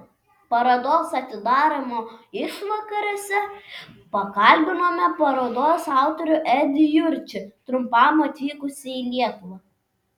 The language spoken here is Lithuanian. parodos atidarymo išvakarėse pakalbinome parodos autorių edį jurčį trumpam atvykusį į lietuvą